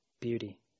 beauty